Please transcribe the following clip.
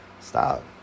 Stop